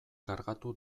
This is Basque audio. kargatu